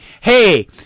hey